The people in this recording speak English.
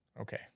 Okay